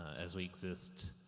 as we exist,